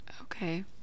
okay